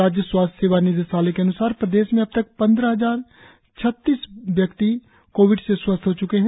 राज्य स्वास्थ्य सेवा निदेशालय के अन्सार प्रदेश में अबतक पंद्रह हजार छत्तीस व्यक्ति कोविड से स्वस्थ हो च्के है